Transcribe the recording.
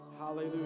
Hallelujah